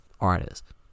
artists